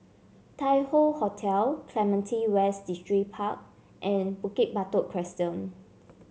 Tai Hoe Hotel Clementi West Distripark and Bukit Batok Crescent